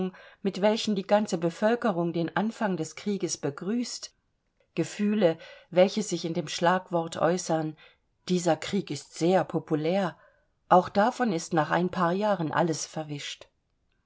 mit welchen die ganze bevölkerung den anfang des krieges begrüßt gefühle welche sich in dem schlagwort äußern dieser krieg ist sehr populär auch davon ist nach ein paar jahren alles verwischt